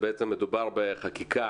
שבעצם מדובר בחקיקה